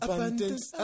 Abundance